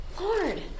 Lord